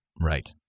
Right